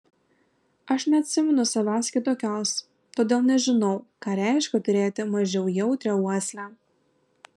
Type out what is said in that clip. aš neatsimenu savęs kitokios todėl nežinau ką reiškia turėti mažiau jautrią uoslę